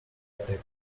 attack